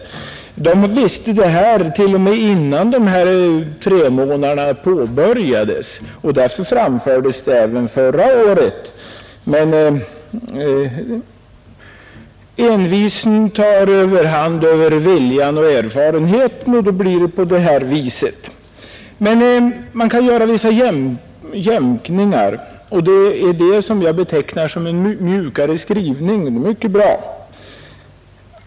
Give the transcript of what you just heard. Vi visste det här t.o.m. innan de tre månaderna påbörjades, och därför framfördes det här förslaget även förra året. Men envisheten tar överhand över viljan och erfarenheten, och då blir det på det här viset. Man kan emellertid göra vissa jämkningar, och det är det som jag betecknar som en mjukare skrivning. Det är mycket bra.